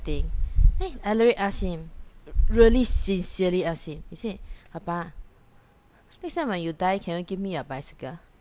think then ellery ask him really sincerely ask him he said 爸爸 next time when you die can you give me your bicycle